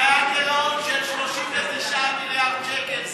כי היה גירעון של 39 מיליארד שקל.